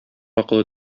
акылы